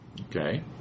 okay